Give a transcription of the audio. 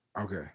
okay